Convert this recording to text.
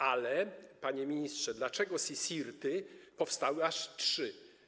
Ale, panie ministrze, dlaczego CSIRT-y powstały aż trzy?